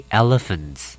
elephants